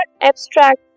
abstract